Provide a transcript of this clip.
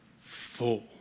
full